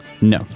No